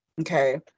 okay